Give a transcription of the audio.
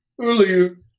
earlier